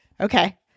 Okay